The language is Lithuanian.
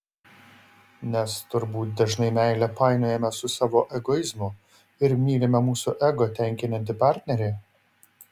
nes turbūt dažnai meilę painiojame su savo egoizmu ir mylime mūsų ego tenkinantį partnerį